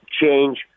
change